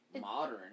modern